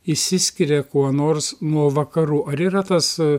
išsiskiria kuo nors nuo vakarų ar yra tas